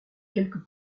quelques